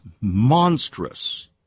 monstrous